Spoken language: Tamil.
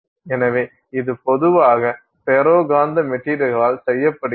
எனவே இது பொதுவாக ஃபெரோ காந்த மெட்டீரியல்களால் செய்யப்படுகிறது